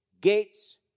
Gates